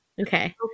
Okay